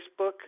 Facebook